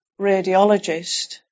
radiologist